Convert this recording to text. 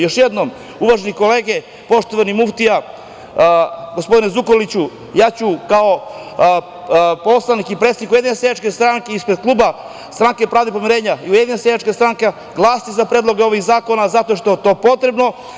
Još jednom, uvažene kolege, poštovani muftija, gospodine Zukorliću, ja ću kao poslanik i predsednik Ujedinjene seljačke stranke, ispred kluba Stranke pravde i pomirenja i Ujedinjene seljačke stranke glasati za predloge ovih zakona zato što je to potrebno.